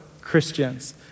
Christians